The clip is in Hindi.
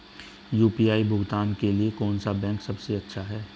यू.पी.आई भुगतान के लिए कौन सा बैंक सबसे अच्छा है?